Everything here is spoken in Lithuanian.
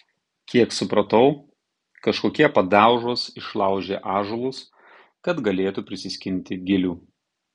kiek supratau kažkokie padaužos išlaužė ąžuolus kad galėtų prisiskinti gilių